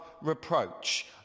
reproach